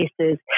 cases